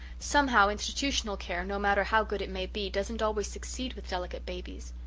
somehow, institutional care, no matter how good it may be, doesn't always succeed with delicate babies.